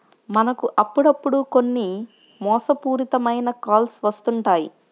మనకు అప్పుడప్పుడు కొన్ని మోసపూరిత మైన కాల్స్ వస్తుంటాయి